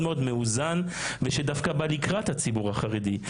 מאוזן שדווקא בא לקראת הציבור החרדי.